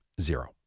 Zero